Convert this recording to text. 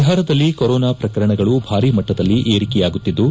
ಬಿಹಾರದಲ್ಲಿ ಕೂರೊನಾ ಪ್ರಕರಣಗಳು ಭಾರಿ ಮಟ್ಟದಲ್ಲಿ ಏರಿಕೆಯಾಗುತ್ತಿದ್ದು